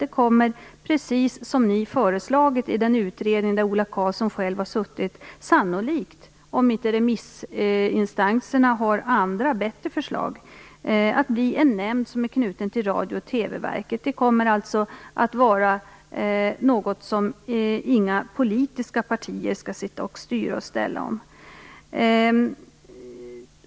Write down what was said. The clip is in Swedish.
Det kommer, precis som ni föreslagit i den utredning där Ola Karlsson själv har suttit, sannolikt att bli en nämnd som är knuten till Radio och TV-verket, om inte remissinstanserna har andra bättre förslag. Det kommer alltså att vara något som inga politiska partier skall styra och ställa om.